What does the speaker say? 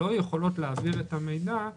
לא יכולות להעביר את המידע